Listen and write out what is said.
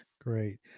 Great